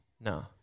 No